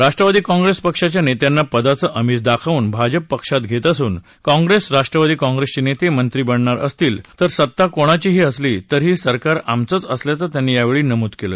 राष्ट्रवादी काँप्रेस पक्षाच्या नेत्यांना पदाचं आमिष दाखवून भाजप पक्षात घेत असून काँप्रेस राष्ट्रवादी काँप्रेसचे नेते मंत्री बनणार असतील तर सत्ता कोणाचीही असली तरीही सरकार आमचंच असल्याचं त्यांनी यावेळी नमूद केलं